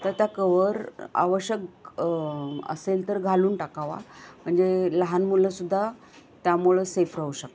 तर त्या कवर आवश्यक असेल तर घालून टाकावा म्हणजे लहान मुलंसुद्धा त्यामुळं सेफ राहू शकतं